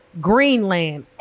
Greenland